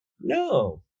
No